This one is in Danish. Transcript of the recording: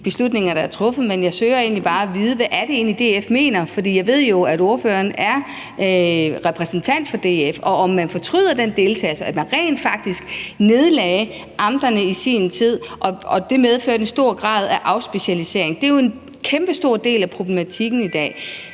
beslutninger, der er truffet. Jeg prøver egentlig bare at få at vide, hvad det egentlig er, DF mener, for jeg ved jo, at ordføreren er repræsentant for DF, og om man fortryder, at man deltog i rent faktisk at nedlægge amterne i sin tid, hvilket medførte en stor grad af afspecialisering. Det er jo en kæmpestor del af problematikken i dag.